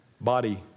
body